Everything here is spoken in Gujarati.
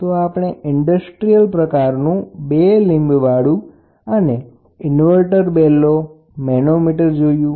તો ઇન્ડસ્ટ્રીયલ પ્રકારનું મેનોમીટર્સ બે લીંબવાળું હોય જેમાં ઍક મોટી લીંબમાં નળી પ્રવેશ કરાવેલી હોય છે અને પછી આપણે ઇન્વરટેડ બેલો મેનોમીટર જોયું